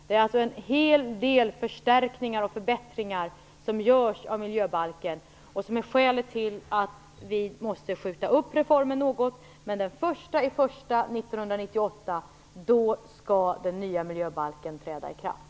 Det är alltså en hel del förstärkningar och förbättringar som görs av miljöbalken och som är skälet till att vi måste skjuta upp reformen något, men den 1 januari 1998 skall den nya miljöbalken träda i kraft.